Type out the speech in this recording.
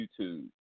YouTube